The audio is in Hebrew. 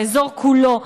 באזור כולו.